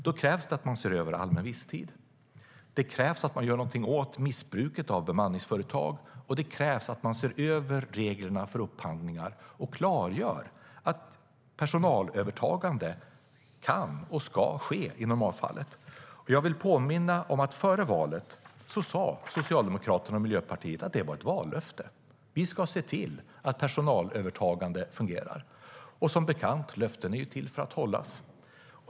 Då krävs det att man ser över allmän visstid. Det krävs att man gör någonting åt missbruket av bemanningsföretag. Det krävs också att man ser över reglerna för upphandlingar och klargör att personalövertagande kan och ska ske i normalfallet. Jag vill påminna om att Socialdemokraterna och Miljöpartiet före valet sa att det var ett vallöfte. Vi ska se till att personalövertagande fungerar, sas det. Och som bekant är löften till för att hållas.